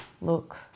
Look